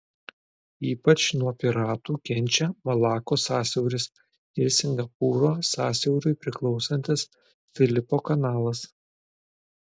ypač nuo piratų kenčia malakos sąsiauris ir singapūro sąsiauriui priklausantis filipo kanalas